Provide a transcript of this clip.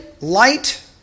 light